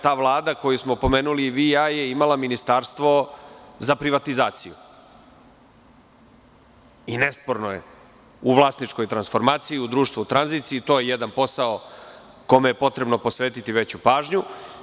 Ta vlada koju smo pomenuli i vi i ja je imala Ministarstvo za privatizaciju i nesporno je, u vlasničkoj transformaciji, u društvu u tranziciji, to je jedan posao kome je potrebno posvetiti veću pažnju.